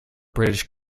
british